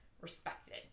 respected